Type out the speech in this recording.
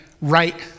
right